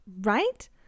Right